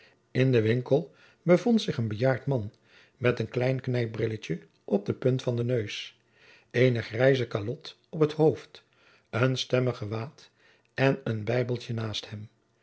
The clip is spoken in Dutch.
in den winkel bevond zich een bejaard man met een klein knijpbrilletje op de punt van den neus eene grijze kalot op het hoofd een stemmig gewaad en een bijbeltje naast hem